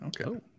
okay